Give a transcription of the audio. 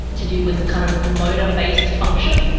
to do with kind of motor based function,